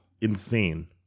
insane